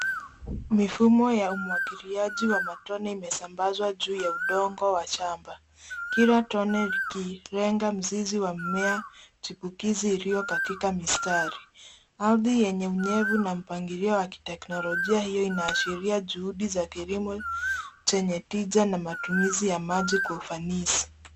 Mifumo ya umwagiliaji wa matone imesambazwa juu ya udongo wa shamba kila tone likilenga mzizi wa mmea chipukizi iliyokatika mistari, ardhi yenye unyevu na mpangilio wa kiteknolojia hio inaashiria juhudi za kilimo chenye tija na matumizi ya maji kwa ufanisi.